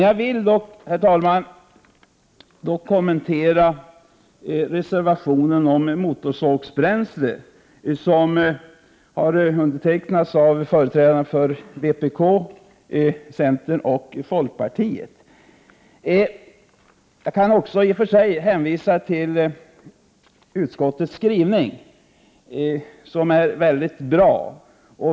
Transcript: Jag vill dock, herr talman, kommentera reservationen om motorsågsbränsle, som undertecknats av utskottets representanter för vpk, centern och folkpartiet. Jag kan i och för sig hänvisa till utskottets skrivning som är mycket bra.